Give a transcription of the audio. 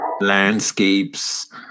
landscapes